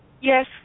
Yes